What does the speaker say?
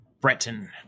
breton